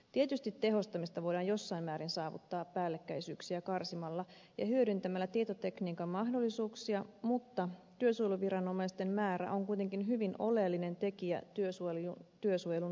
tietysti tehostamista voidaan jossain määrin saavuttaa päällekkäisyyksiä karsimalla ja hyödyntämällä tietotekniikan mahdollisuuksia mutta työsuojeluviranomaisten määrä on kuitenkin hyvin oleellinen tekijä työsuojelun laadussa